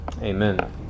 amen